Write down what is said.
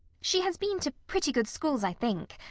she has been to pretty good schools, i think.